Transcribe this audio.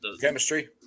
Chemistry